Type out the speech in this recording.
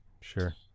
sure